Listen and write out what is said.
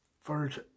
first